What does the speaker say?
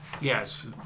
Yes